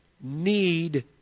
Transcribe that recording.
need